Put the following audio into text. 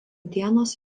dienos